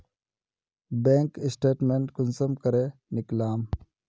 Bank statement कुंसम करे निकलाम?